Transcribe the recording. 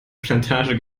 plantage